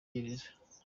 gereza